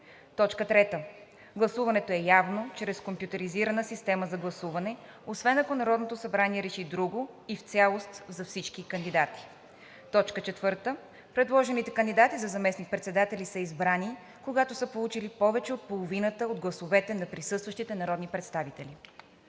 събрание. 3. Гласуването е явно чрез компютризираната система за гласуване, освен ако Народното събрание реши друго, и в цялост за всички кандидати. 4. Предложените кандидати за заместник-председатели са избрани, когато са получили повече от половината от гласовете от присъстващите народни представители.“